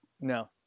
No